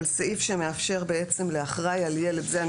אבל סעיף שמאפשר בעצם לאחראי על ילד זה,